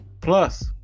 Plus